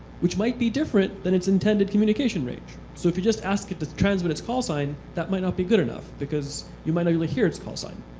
which might be different than its intended communication range. so if you just ask it to transmit its call sign, that might not be good enough, because you might not be able to hear its call sign.